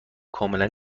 کاملا